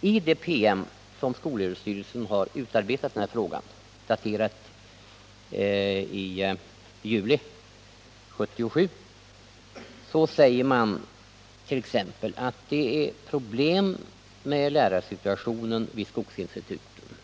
i den PM som skolöverstyrelsen utarbetat i denna fråga, daterad i juli 1977, säger mant.ex. att det är problem med lärarsituationen vid skogsinstituten.